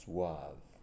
Suave